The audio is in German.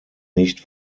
nicht